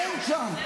אין היום שירותי דת?